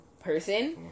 person